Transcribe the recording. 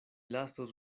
lasos